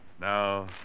Now